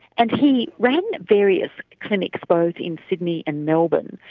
and he ran various clinics, both in sydney and melbourne.